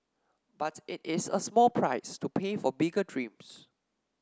but it is a small price to pay for bigger dreams